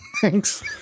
thanks